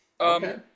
okay